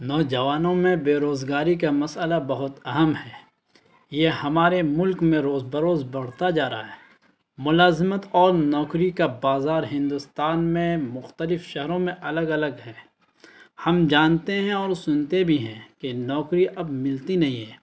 نوجوانوں میں بے روزگاری کا مسئلہ بہت اہم ہے یہ ہمارے ملک میں روز بروز بڑھتا جا رہا ہے ملازمت اور نوکری کا بازار ہندوستان میں مختلف شہروں میں الگ الگ ہے ہم جانتے ہیں اور سنتے بھی ہیں کہ نوکری اب ملتی نہیں ہے